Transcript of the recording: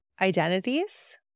identities